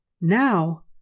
Now